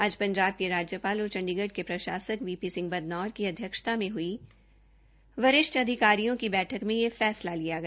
आज पंजाब के राज्यपाल और चंडीगढ़ के प्रशासक वी पी बदनौर की अध्यक्षता में हई वरिष्ठ अधिकारियों की बैठक में यह फैसला लिया गया